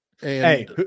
Hey